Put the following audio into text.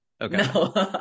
Okay